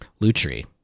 Lutri